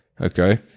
Okay